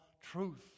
truth